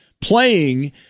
playing